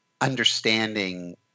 understanding